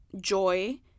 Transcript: joy